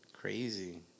Crazy